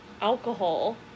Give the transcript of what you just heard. alcohol